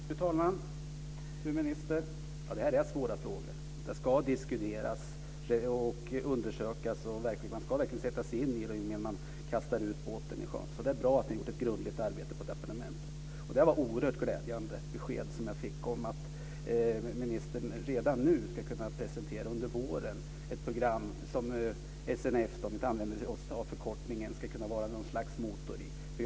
Fru talman! Fru minister! Detta är svåra frågor. De ska diskuteras och undersökas. Man ska verkligen sätta sig in i dem innan man kastar ut båten i sjön. Det är bra att ni har gjort ett grundligt arbete på departementet. Det var ett oerhört glädjande besked som jag fick om att ministern redan nu under våren ska kunna presentera ett program som SNF ska vara något slags motor i.